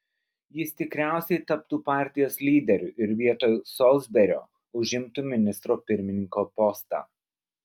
jis tikriausiai taptų partijos lyderiu ir vietoj solsberio užimtų ministro pirmininko postą